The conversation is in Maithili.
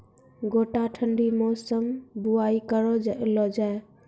गोटा ठंडी मौसम बुवाई करऽ लो जा?